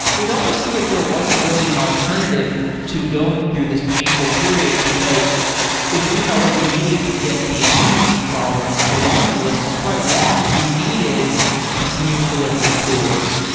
it almost seems like there wasn't really an alternative to going through this painful period, because if you think about what we needed to get beyond these problems, the laundry list is quite long. you needed continuous delivery tools.